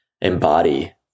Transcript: embody